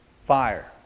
fire